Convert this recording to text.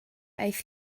aeth